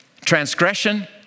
transgression